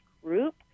group